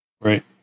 Right